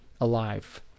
alive